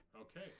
Okay